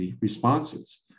responses